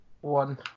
one